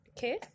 Okay